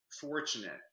fortunate